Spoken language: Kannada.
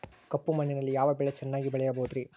ಕಪ್ಪು ಮಣ್ಣಿನಲ್ಲಿ ಯಾವ ಬೆಳೆ ಚೆನ್ನಾಗಿ ಬೆಳೆಯಬಹುದ್ರಿ?